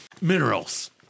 minerals